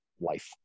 life